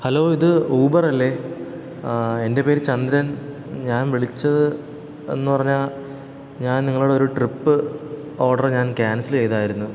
hello ഇത് ഊബറല്ലേ എൻ്റെ പേര് ചന്ദ്രൻ ഞാൻ വിളിച്ചത് എന്നു പറഞ്ഞാൽ ഞാൻ നിങ്ങളുടെ ഒരു ട്രിപ്പ് ഓർഡർ ഞാൻ ക്യാൻസൽ ചെയ്തായിരുന്നു